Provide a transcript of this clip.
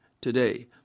today